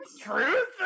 Truth